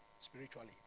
spiritually